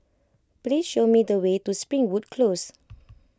please show me the way to Springwood Close